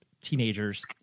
teenagers